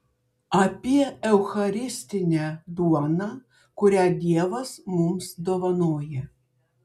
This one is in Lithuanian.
apie eucharistinę duoną kurią dievas mums dovanoja